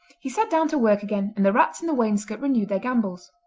he sat down to work again, and the rats in the wainscot renewed their gambols.